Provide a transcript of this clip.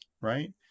right